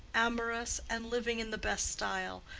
amorous, and living in the best style,